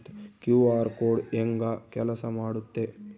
QR code ಹೆಂಗ ಕೆಲಸ ಮಾಡುತ್ತೆ?